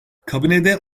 kabinede